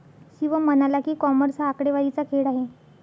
शिवम म्हणाला की, कॉमर्स हा आकडेवारीचा खेळ आहे